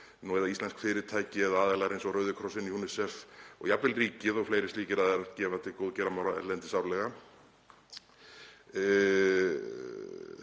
nú eða íslensk fyrirtæki eða aðilar eins og Rauði krossinn, UNICEF og jafnvel ríkið og fleiri slíkir aðilar gefa til góðgerðarmála erlendis árlega?